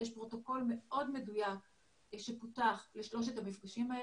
יש פרוטוקול מאוד מדויק שפותח לשלושת המפגשים האלה.